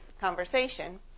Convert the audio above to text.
conversation